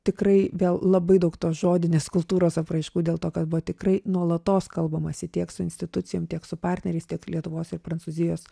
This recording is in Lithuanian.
tikrai vėl labai daug tos žodinės kultūros apraiškų dėl to kad buvo tikrai nuolatos kalbamasi tiek su institucijom tiek su partneriais tiek lietuvos ir prancūzijos